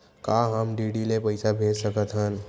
का हम डी.डी ले पईसा भेज सकत हन?